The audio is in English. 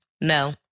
No